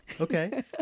okay